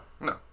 no